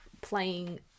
playing